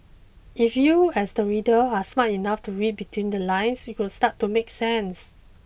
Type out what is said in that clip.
if you as the reader are smart enough to read between the lines it would start to make sense